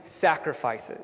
sacrifices